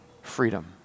freedom